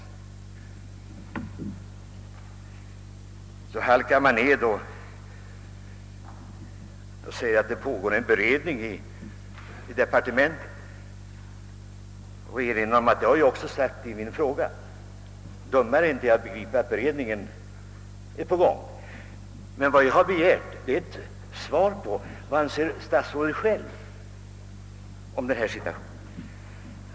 Statsrådet halkar förbi frågan och säger, att det, såsom jag framhållit i min interpellation, pågår en beredning i departementet. Jag är inte dummare än att jag begriper att beredningen är på gång. Men vad jag har bett att få svar på är frågan vad statsrådet själv anser om denna situation.